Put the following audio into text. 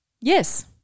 yes